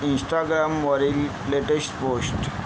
इन्स्टाग्रामवरील latest post